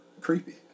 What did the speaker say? creepy